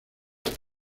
para